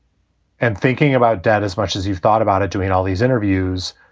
and thinking about dad as much as you've thought about it, doing all these interviews,